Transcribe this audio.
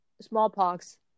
smallpox